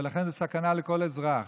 ולכן, זה סכנה לכל אזרח.